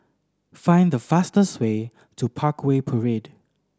find the fastest way to Parkway Parade